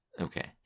Okay